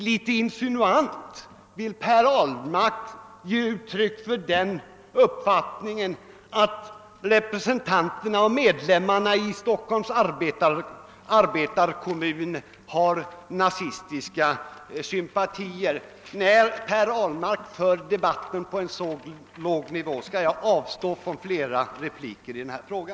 Litet insinuant ville herr Ahlmark ge uttryck för den uppfattningen, att representanterna och medlemmarna i Stockholms Arbetarekommun har nazistiska sympatier. När herr Ahlmark för debatten på en så låg nivå skall jag avstå från fler repliker i denna fråga.